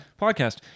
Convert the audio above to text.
podcast